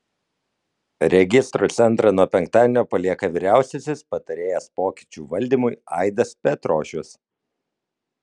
registrų centrą nuo penktadienio palieka vyriausiasis patarėjas pokyčių valdymui aidas petrošius